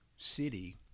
city